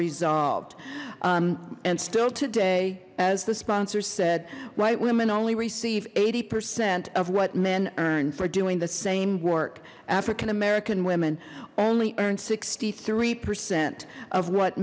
resolved and still today as the sponsor said white women only receive eighty percent of what men earned for doing the same work african american women only earned sixty three percent of what